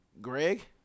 Greg